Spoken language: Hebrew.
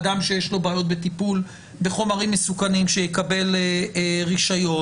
אדם שיש לו בעיות בטיפול בחומרים מסוכנים שיקבל רישיון,